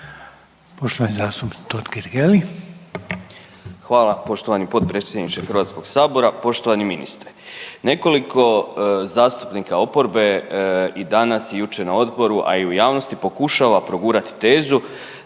**Totgergeli, Miro (HDZ)** Hvala poštovani potpredsjedniče Hrvatskoga sabora, poštovani ministre. Nekoliko zastupnika oporbe i danas i jučer na Odboru, a i u javnosti pokušava progurati tezu